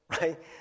right